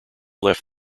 left